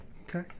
okay